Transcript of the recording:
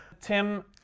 Tim